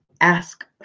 ask